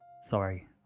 Sorry